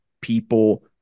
people